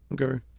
okay